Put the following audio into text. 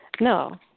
No